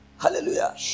Hallelujah